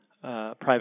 private